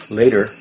later